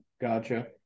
Gotcha